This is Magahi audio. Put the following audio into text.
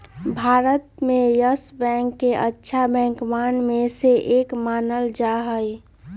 भारत में येस बैंक के अच्छा बैंकवन में से एक मानल जा हई